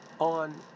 on